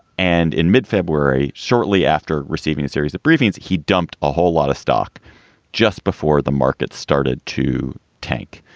and in mid-february, shortly after receiving a series of briefings, he dumped a whole lot of stock just before the markets started to tank.